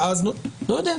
ואז, אני לא יודע.